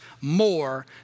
more